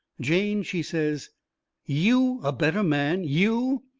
jane, she says you a better man? you?